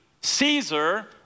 Caesar